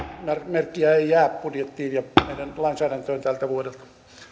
merkkiä ei jää budjettiin ja meidän lainsäädäntöön tältä vuodelta